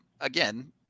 again